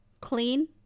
clean